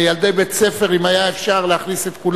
רבותי, אנחנו עוברים להצעת החוק